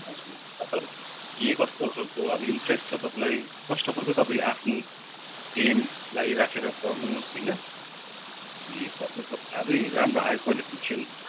हजुर तपाईँलाई के कस्तो खालको अब इन्ट्रेस्ट छ तपाईँलाई फर्स्ट अफ अल चाहिँ तपाईँलाई आफ्नो एमलाई राखेर पढ्नुहोस् हैन अनि मतलब साह्रै राम्रो हायर क्वालिफिकेसन